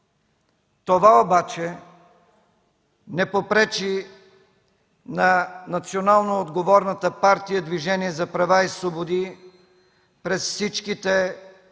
Това обаче не попречи на национално отговорната партия Движение за права и свободи през всичките 22